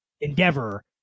endeavor